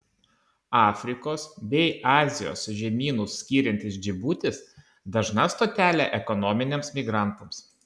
afrikos bei azijos žemynus skiriantis džibutis dažna stotelė ekonominiams migrantams